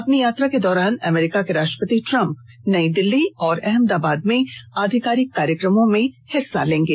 अपनी यात्रा के दौरान अमेरिका के राष्ट्रपति ट्रम्प नई दिल्ली और अहमदाबाद में आधिकारिक कार्यक्रमों में भाग लेंगे